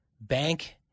bank